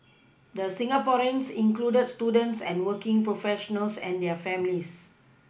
the Singaporeans included students and working professionals and their families